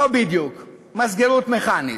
לא בדיוק, מסגרוּת מכנית.